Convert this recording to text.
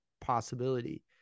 possibility